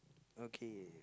okay